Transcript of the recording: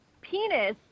penis